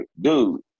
dude